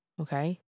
okay